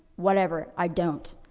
whatever, i don't.